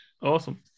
awesome